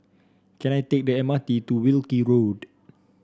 can I take the M R T to Wilkie Road